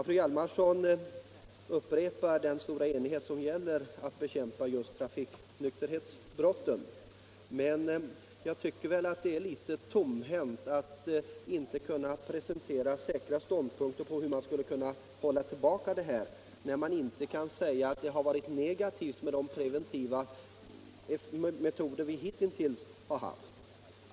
Fru Hjalmarsson upprepar att det råder stor enighet om att trafikonykterheten skall bekämpas. Men det är väl litet tomhänt att inte kunna presentera säkra ståndpunkter i fråga om hur den skall kunna hållas tillbaka, när man inte kan säga att de metoder som vi hittills har tillämpat varit negativa?